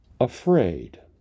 afraid